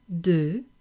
de